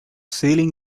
ceiling